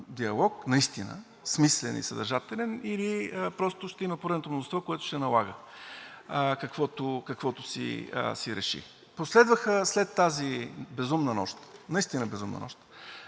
диалог наистина – смислен и съдържателен, или просто ще има поредното мнозинство, което ще налага каквото си реши? Последваха след тази безумна нощ, наистина безумна нощ